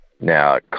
Now